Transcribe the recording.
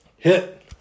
Hit